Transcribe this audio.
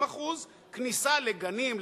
50%; כניסה לגנים,